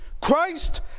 Christ